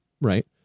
right